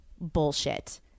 bullshit